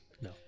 No